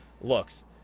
looks